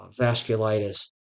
vasculitis